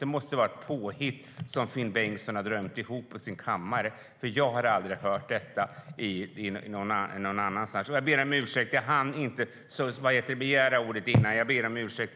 Det måste vara ett påhitt som Finn Bengtsson har drömt ihop på sin kammare. Jag har aldrig hört detta förut.